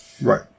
Right